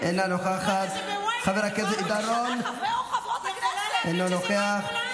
עם תומכי טרור לא נתקזז.